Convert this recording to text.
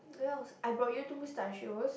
what else I bought you to Mustachios